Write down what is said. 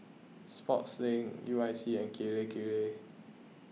Sportslink U I C and Kirei Kirei